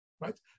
right